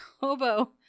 Hobo